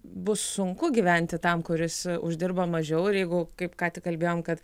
bus sunku gyventi tam kuris uždirba mažiau ir jeigu kaip ką tik kalbėjom kad